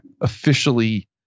officially